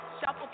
Shuffle